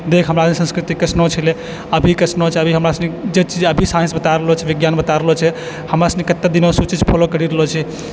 देख हमरा सबके संस्कृति कइसनो छलै अभी कइसनो छै अभी हमरा सभके अभी जे चीज अभी साइन्स बता रहलो छै विज्ञान बता रहलो छै हमरा सब कते दिनो से सोचीकऽ फोलो करि रहलो छी